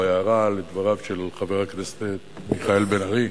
או הערה על דבריו של חבר הכנסת מיכאל בן-ארי,